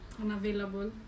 unavailable